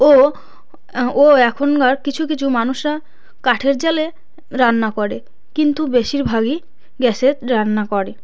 ও ও এখনকার কিছু কিছু মানুষরা কাঠের জ্বালে রান্না করে কিন্তু বেশিরভাগই গ্যাসে রান্না করে